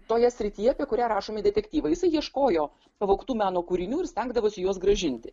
toje srityje apie kurią rašomi detektyvai jisai ieškojo pavogtų meno kūrinių ir stengdavosi juos grąžinti